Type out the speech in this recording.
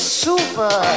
super